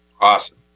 Awesome